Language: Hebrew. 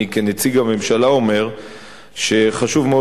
אני, כנציג הממשלה, אומר שחשוב מאוד